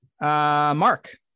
Mark